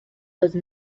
those